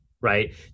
right